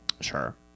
Sure